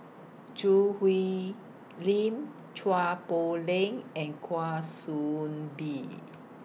Choo Hwee Lim Chua Poh Leng and Kwa Soon Bee